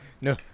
No